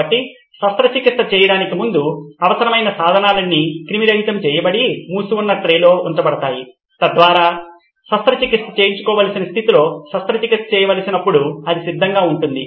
కాబట్టి శస్త్రచికిత్స చేయటానికి ముందు అవసరమైన సాధనాలన్నీ క్రిమిరహితం చేయబడి మూసివున్న ట్రేలో ఉంచబడతాయి తద్వారా శస్త్రచికిత్స చేయించుకోవాల్సిన స్థితిలో శస్త్రచికిత్స చేయవలసి వచ్చినప్పుడు అది సిద్ధంగా ఉంటుంది